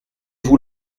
vous